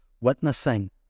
witnessing